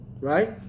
right